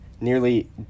nearly